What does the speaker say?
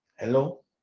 Hello